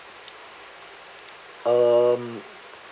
um